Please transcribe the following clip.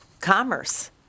Commerce